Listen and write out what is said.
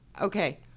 Okay